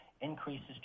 increases